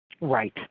Right